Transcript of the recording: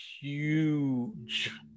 huge